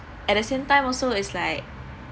at the same time also it's like